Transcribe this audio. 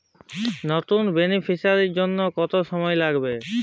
নতুন বেনিফিসিয়ারি জন্য কত সময় লাগবে?